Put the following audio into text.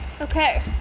Okay